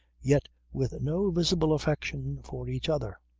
yet with no visible affection for each other.